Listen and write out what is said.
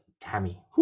Tammy